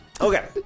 Okay